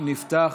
נפתח